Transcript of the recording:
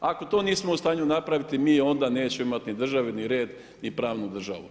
Ako to nismo u stanju napraviti, mi onda nećemo imati ni države, ni red, ni pravnu državu.